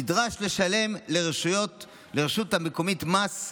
נדרש לשלם לרשות המקומית מס,